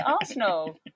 Arsenal